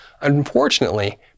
Unfortunately